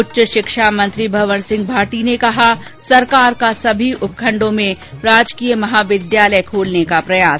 उच्च शिक्षा मंत्री भंवर सिंह भाटी ने कहा सरकार का सभी उपखंडों में राजकीय महाविद्यालय खोलने का प्रयास